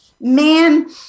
man